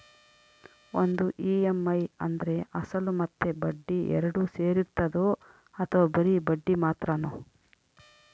ಒಂದು ಇ.ಎಮ್.ಐ ಅಂದ್ರೆ ಅಸಲು ಮತ್ತೆ ಬಡ್ಡಿ ಎರಡು ಸೇರಿರ್ತದೋ ಅಥವಾ ಬರಿ ಬಡ್ಡಿ ಮಾತ್ರನೋ?